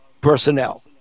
personnel